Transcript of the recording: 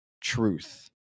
truth